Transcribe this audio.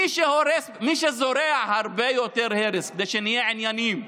מי שזורע הרבה יותר הרס, כדי שנהיה ענייניים,